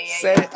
say